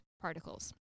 particles